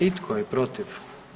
I tko je protiv?